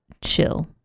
chill